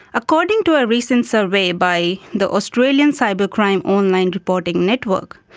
according to a recent survey by the australian cyber crime online reporting network,